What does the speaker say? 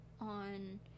on